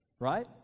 Right